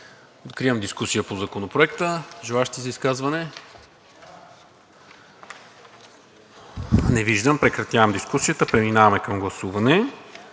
Откривам дискусия по Законопроекта. Желаещи за изказване? Не виждам. Прекратявам дискусията. Преминаваме към гласуване.